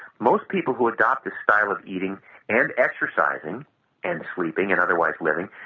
most people who adopt this style of eating and exercising and sleeping, in other words living,